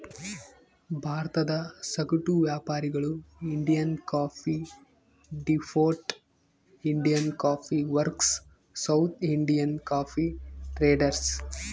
ಭಾರತದ ಸಗಟು ವ್ಯಾಪಾರಿಗಳು Indian coffee depot, Indian coffee works, South Indian coffee traders